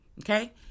okay